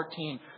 14